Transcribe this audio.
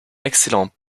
excellent